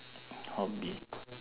hobby